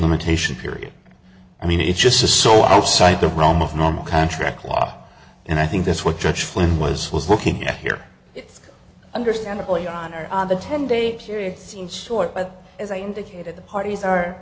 limitation period i mean it's just so outside the realm of normal contract law and i think that's what judge flynn was was looking at here understandable your honor on the ten day period seem short but as i indicated the parties are